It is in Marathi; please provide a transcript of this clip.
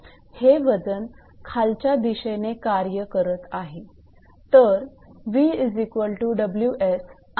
हे वजन खालच्या दिशेने कार्य करत आहे